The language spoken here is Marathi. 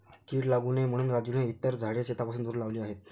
कीड लागू नये म्हणून राजूने इतर झाडे शेतापासून दूर लावली आहेत